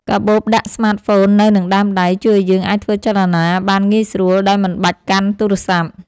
កាបូបដាក់ស្មាតហ្វូននៅនឹងដើមដៃ ជួយឱ្យយើងធ្វើចលនាបានងាយស្រួលដោយមិនបាច់កាន់ទូរសព្ទ។